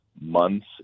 months